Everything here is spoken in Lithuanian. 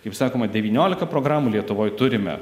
kaip sakoma devyniolika programų lietuvoj turime